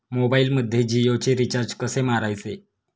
मोबाइलमध्ये जियोचे रिचार्ज कसे मारायचे?